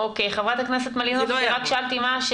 זה לא יעבוד.